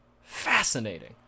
fascinating